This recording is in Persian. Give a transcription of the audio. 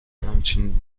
همچین